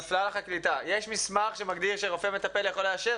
יש מסמך שמגדיר שרופא מטפל יכול לאשר,